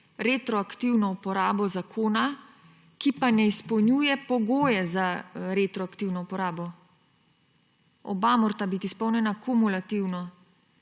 retroaktivno uporabo zakona, ki pa ne izpolnjuje pogojev za retroaktivno uporabo. Oba morata biti izpolnjena kumulativno.